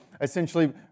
essentially